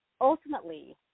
ultimately